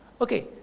Okay